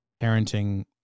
parenting